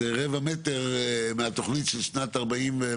זה מופיע בתקנות רישוי עסקים ובצו החכם.